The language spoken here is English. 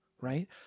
right